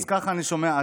אז ככה אני שומע.